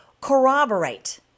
corroborate